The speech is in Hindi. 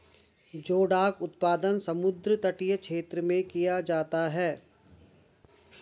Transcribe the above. जोडाक उत्पादन समुद्र तटीय क्षेत्र में किया जाता है